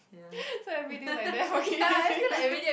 so everyday like that what can you